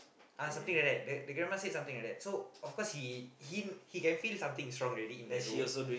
ah something like that the the grandma said something like that so of course he he he can feel something is wrong already in that room